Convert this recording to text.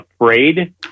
afraid